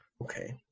Okay